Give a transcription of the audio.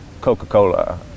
Coca-Cola